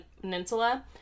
Peninsula